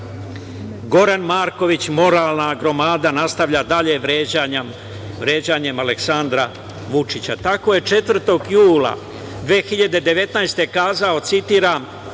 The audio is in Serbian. Marković, moralna gromada, nastavlja dalje sa vređanjem Aleksandra Vučića. Tako je 4. jula 2019. godine kazao, citiram: